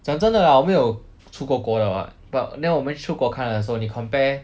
讲真正的 lah 我们有出过国的 what but then 我们出国看的时候你 compare